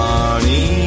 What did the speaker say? Money